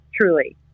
truly